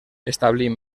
establint